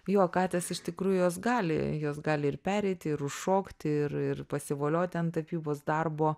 jo katės iš tikrųjų jos gali jos gali ir pereiti ir užšokti ir ir pasivolioti ant tapybos darbo